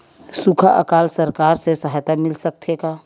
सुखा अकाल सरकार से सहायता मिल सकथे का?